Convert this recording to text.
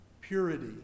purity